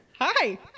Hi